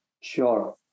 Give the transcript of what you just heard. Sure